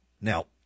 Now